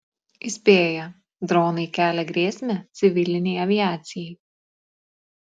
įspėja dronai kelia grėsmę civilinei aviacijai